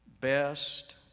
best